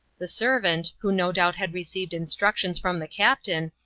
the servant, who no doubt had received instruc tions from the captain,